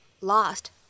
lost